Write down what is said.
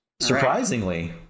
Surprisingly